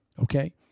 okay